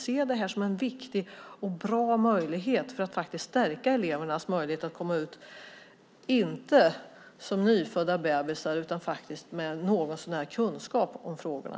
Se det här som en viktig och bra möjlighet att stärka elevernas möjlighet att komma ut, inte som nyfödda bebisar utan med någorlunda kunskap om frågorna.